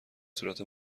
صورت